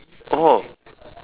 oh